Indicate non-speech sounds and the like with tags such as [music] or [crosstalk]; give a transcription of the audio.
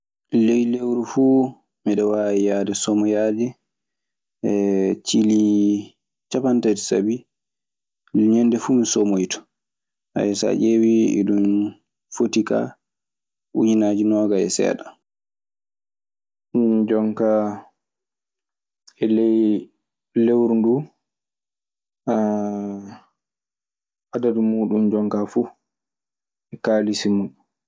Ley lewuru fu miɗo wawi somoyade cilli ciapantati. Sali ŋande fu mi somoyto,. [hesitation] so a diewi didum fota ka uyinaji nogayi e seɗam.